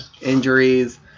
Injuries